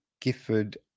Gifford